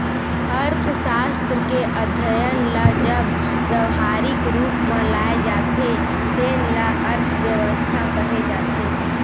अर्थसास्त्र के अध्ययन ल जब ब्यवहारिक रूप म लाए जाथे तेन ल अर्थबेवस्था कहे जाथे